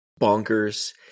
bonkers